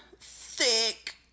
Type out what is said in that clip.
thick